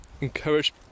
encourage